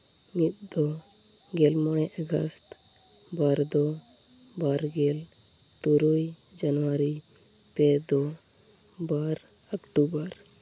ᱢᱤᱫ ᱫᱚ ᱜᱮᱞ ᱢᱚᱬᱮ ᱟᱜᱚᱥᱴ ᱵᱟᱨ ᱫᱚ ᱵᱟᱨ ᱜᱮᱞ ᱛᱩᱨᱩᱭ ᱡᱟᱹᱱᱩᱣᱟᱨᱤ ᱯᱮ ᱫᱚ ᱵᱟᱨ ᱚᱠᱴᱳᱵᱚᱨ